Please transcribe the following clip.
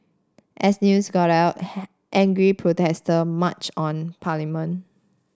as news got out angry protester marched on parliament